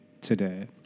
today